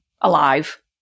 alive